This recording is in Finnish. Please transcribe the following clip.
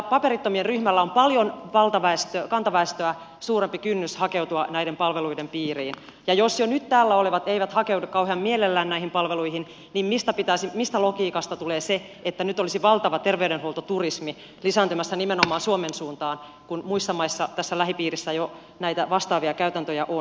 paperittomien ryhmällä on paljon kantaväestöä suurempi kynnys hakeutua näiden palveluiden piiriin ja jos jo nyt täällä olevat eivät hakeudu kauhean mielellään näihin palveluihin niin mistä logiikasta tulee se että nyt olisi valtava terveydenhuoltoturismi lisääntymässä nimenomaan suomen suuntaan kun muissa maissa tässä lähipiirissä jo näitä vastaavia käytäntöjä on